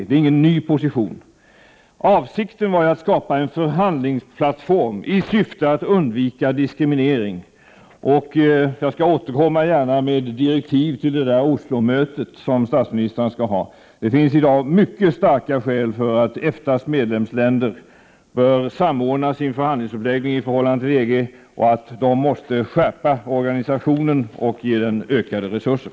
Det är ingen ny position. Avsikten var att skapa en förhandlingsplattform i syfte att undvika diskriminering. Jag skall gärna återkomma med direktiv till Oslomötet som statsministrarna skall ha. Det finns i dag mycket starka skäl för EFTA:s medlemsländer att samordna sin förhandlingsuppläggning i förhållande till EG, och de måste skärpa organisationen och ge den ökade resurser.